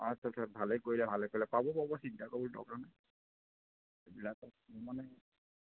আচ্ছা আচ্ছা ভালেই কৰিলে ভালেই কৰিলে পাব পাব চিন্তা কৰিব দৰকাৰ নাই এইবিলাক মানে